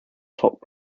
top